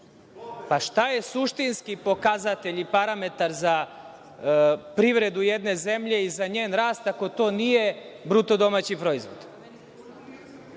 Šta je suštinski pokazatelj i parametar za privredu jedne zemlje i za njen rast, ako to nije bruto domaći proizvod?